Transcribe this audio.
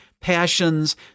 passions